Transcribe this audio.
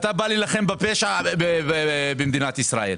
ואתה בא להילחם בפשע במדינת ישראל.